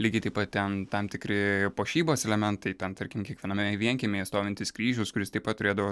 lygiai taip pat ten tam tikri puošybos elementai ten tarkim kiekviename vienkiemyje stovintis kryžius kuris taip pat turėdavo